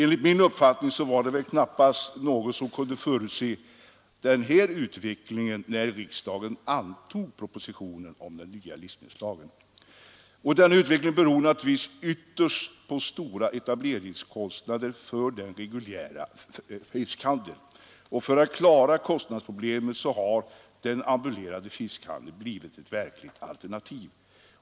Enligt min uppfattning var det väl knappast någon som kunde förutse den här utvecklingen, när riksdagen antog propositionen om den nya livsmedelslagen. Denna utveckling beror naturligtvis ytterst på stora etableringskostnader vid reguljära färskvaruavdelningar. Mot denna bakgrund har den ambulerande fiskhandeln blivit ett verkligt alternativ.